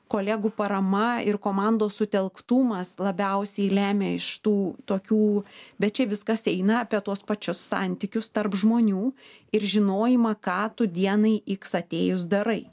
kolegų parama ir komandos sutelktumas labiausiai lemia iš tų tokių bet čia viskas eina apie tuos pačius santykius tarp žmonių ir žinojimą ką tu dienai iks atėjus darai